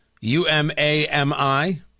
U-M-A-M-I